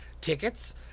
tickets